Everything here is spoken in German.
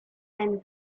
eine